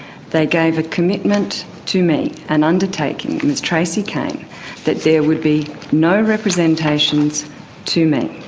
they gave a commitment to me, an undertaking ms tracy cain that there would be no representations to me,